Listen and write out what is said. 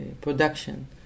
production